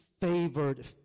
favored